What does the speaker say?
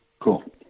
Cool